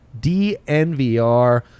dnvr